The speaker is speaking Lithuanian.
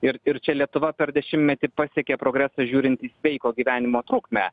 ir ir čia lietuva per dešimtmetį pasiekė progresą žiūrint į sveiko gyvenimo trukmę